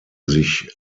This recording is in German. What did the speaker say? sich